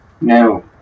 No